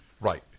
Right